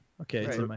Okay